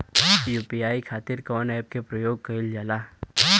UPI खातीर कवन ऐपके प्रयोग कइलजाला?